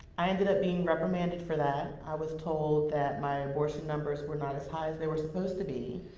i ended up being reprimanded for that. i was told that my abortion numbers were not as high as they were supposed to be.